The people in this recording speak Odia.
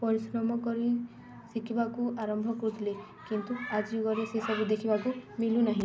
ପରିଶ୍ରମ କରି ଶିଖିବାକୁ ଆରମ୍ଭ କରୁଥିଲେ କିନ୍ତୁ ଆଜି ସେସବୁ ଦେଖିବାକୁ ମିଳୁନାହିଁ